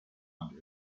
under